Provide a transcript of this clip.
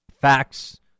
facts